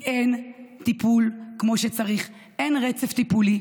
כי אין טיפול כמו שצריך, אין רצף טיפולי.